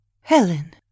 Helen